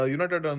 United